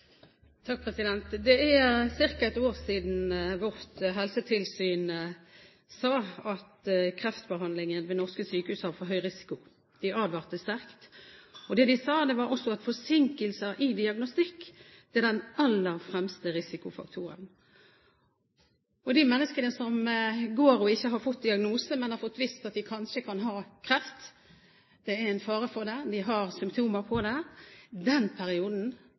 et år siden vårt helsetilsyn sa at kreftbehandlingen ved norske sykehus har for høy risiko. De advarte sterkt. Det de også sa, var at forsinkelser i diagnostikk er den aller fremste risikofaktoren. For de menneskene som går og ikke har fått diagnose, men har fått vite at de kanskje kan ha kreft – det er en fare for det, de har symptomer på det – er denne perioden,